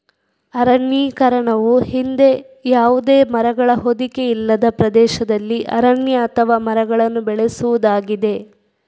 ಅರಣ್ಯೀಕರಣವು ಹಿಂದೆ ಯಾವುದೇ ಮರಗಳ ಹೊದಿಕೆ ಇಲ್ಲದ ಪ್ರದೇಶದಲ್ಲಿ ಅರಣ್ಯ ಅಥವಾ ಮರಗಳನ್ನು ಬೆಳೆಸುವುದಾಗಿದೆ